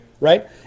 right